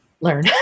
learn